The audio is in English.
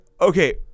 Okay